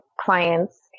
clients